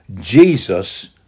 Jesus